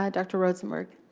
um dr. rosenberg.